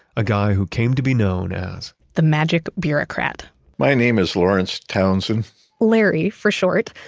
a guy who came to be known as the magic bureaucrat my name is lawrence townsend larry for short.